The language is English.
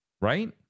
Right